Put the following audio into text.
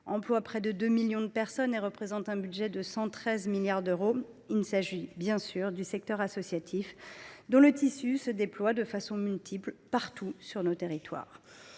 emploie près de 2 millions de personnes et représente un budget de 113 milliards d’euros ? Le secteur associatif, bien sûr, dont le tissu se déploie de façon multiple, partout sur nos territoires.